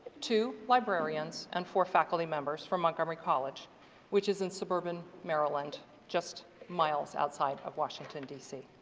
two librarians and four faculty members from montgomery college which is in suburban maryland just miles outside of washington, d c.